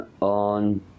on